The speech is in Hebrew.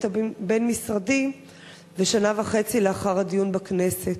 הבין-משרדי ושנה וחצי לאחר הדיון בכנסת?